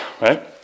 right